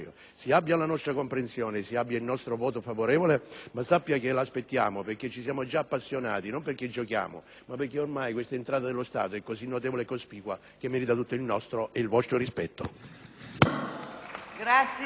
appassionati, non perché giochiamo ma perché ormai questa entrata dello Stato è così notevole e cospicua che merita tutto il nostro e il vostro rispetto.